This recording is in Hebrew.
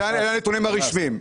אלה הנתונים הרשמיים.